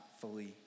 fully